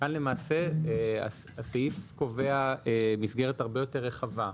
כאן למעשה הסעיף קובע מסגרת הרבה יותר רחבה.